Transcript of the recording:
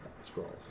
Scrolls